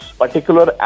particular